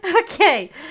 Okay